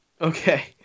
Okay